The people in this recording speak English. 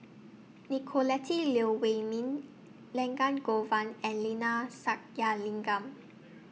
Nicolette Teo Wei Min Elangovan and Neila Sathyalingam